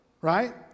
right